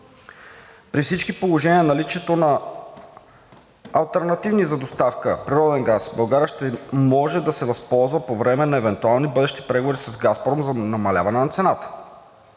При всички положения при наличието на алтернативи за доставка на природен газ България ще може да се възползва по време на евентуални бъдещи преговори с „Газпром“ за намаляване на цената,